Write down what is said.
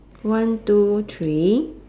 one two three